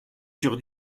sur